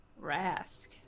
Rask